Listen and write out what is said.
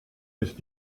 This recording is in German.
ist